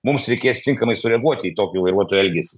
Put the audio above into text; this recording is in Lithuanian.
mums reikės tinkamai sureaguoti į tokių vairuotojų elgesį